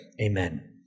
amen